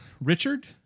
Richard